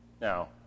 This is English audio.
Now